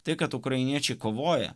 tai kad ukrainiečiai kovoja